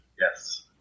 Yes